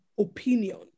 opinion